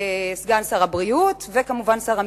סגן שר הבריאות וכמובן שר המשפטים.